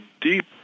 deep